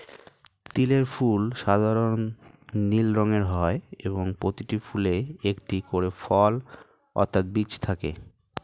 তিলের ফুল সাধারণ নীল রঙের হয় এবং প্রতিটি ফুলে একটি করে ফল অর্থাৎ বীজ থাকে